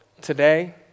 Today